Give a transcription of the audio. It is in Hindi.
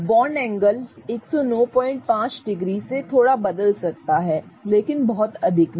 बॉन्ड एंगल 1095 डिग्री से थोड़ा बदल सकता है लेकिन बहुत अधिक नहीं